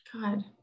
god